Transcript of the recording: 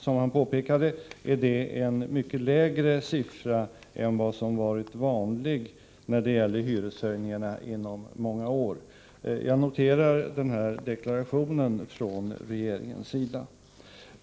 Som han påpekade är detta en mycket lägre siffra än vad som under många år varit vanligt när det gäller hyreshöjningar. Jag noterar denna deklaration från regeringens sida.